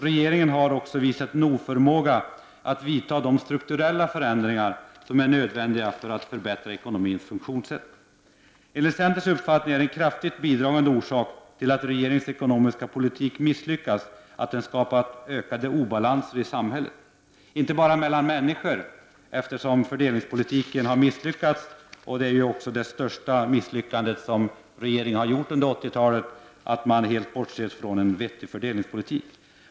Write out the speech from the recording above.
Regeringen har också visat en oförmåga att vidta de strukturella förändringar som är nödvändiga för att förbättra ekonomins funktionssätt. Enligt centerns uppfattning är en kraftigt bidragande orsak till att regeringens ekonomiska politik misslyckats att denna politik skapat ökade obalanser i samhället, inte bara mellan människor, eftersom fördelningspolitiken har misslyckats. Regeringens största misslyckande under 80-talet är att man helt bortsett från en vettig fördelningspolitik.